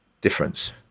difference